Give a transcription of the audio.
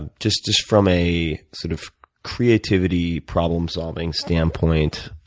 and just just from a sort of creativity, problem-solving standpoint,